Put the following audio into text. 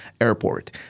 airport